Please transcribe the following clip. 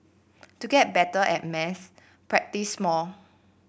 to get better at maths practise more